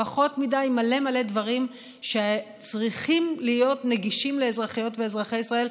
פחות מדי מלא מלא דברים שצריכים להיות נגישים לאזרחיות ואזרחי ישראל,